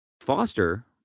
Foster